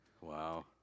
wow